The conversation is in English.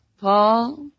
Paul